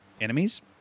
enemies